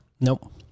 Nope